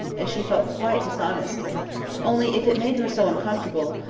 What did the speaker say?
and she felt quite dishonest only if it made her so uncomfortable,